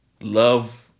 love